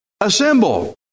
assemble